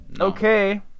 okay